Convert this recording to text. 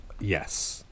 Yes